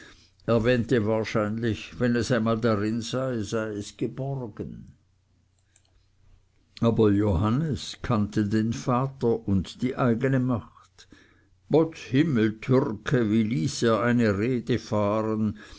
er wähnte wahrscheinlich wenn es mal darin sei so sei es geborgen aber johannes kannte den vater und die eigene macht potz himmeltürke wie ließ er eine rede fahren